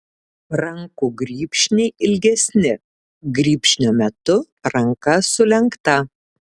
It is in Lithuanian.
rankų grybšniai ilgesni grybšnio metu ranka sulenkta